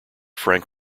frank